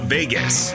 Vegas